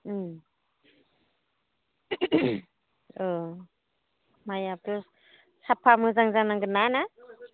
औ माइआबो साफा मोजां जानांगोनना ना